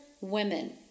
women